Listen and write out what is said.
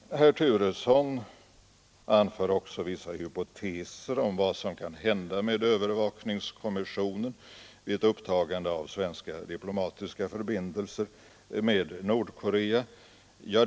Herr Turesson anförde också vissa hypoteser om vad som kan hända med övervakningskommissionen vid ett upptagande av svenska diplomatiska förbindelser med Nordkorea.